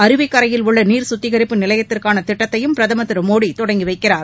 அருவிக்கரையில் உள்ள நீர் குத்திகிப்பு நிலையத்திற்கான திட்டத்தையும் பிரதம் திரு மோடி தொடங்கிவைக்கிறார்